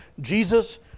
Jesus